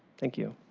thank you.